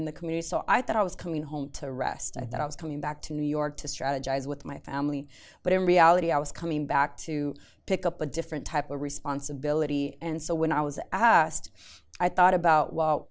in the community so i thought i was coming home to rest i thought i was coming back to new york to strategize with my family but in reality i was coming back to pick up a different type of responsibility and so when i was asked i thought about w